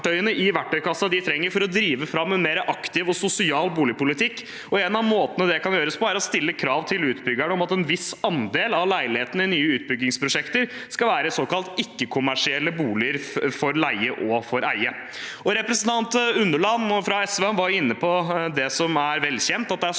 i verktøykassen for å drive fram en mer aktiv og sosial boligpolitikk, og en av måtene det kan gjøres på, er å stille krav til utbyggerne om at en viss andel av leilighetene i nye utbyggingsprosjekter skal være såkalte ikke-kommersielle boliger for leie og for eie. Representanten Unneland fra SV var inne på noe som er velkjent – at det bl.a.